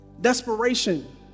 Desperation